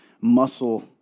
muscle